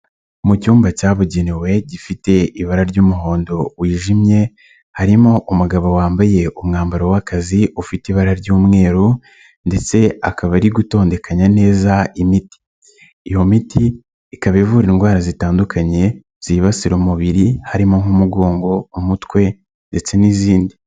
Mu cyumba cyabugenewe gifite ibara ry'umuhondo wijimye, harimo umugabo wambaye umwambaro w'akazi ufite ibara ry'umweru ndetse akaba ari gutondekanya neza imiti. Iyo miti ikaba ivura indwara zitandukanye, zibasira umubiri, harimo nk'umugongo, umutwe ndetse n'izindi.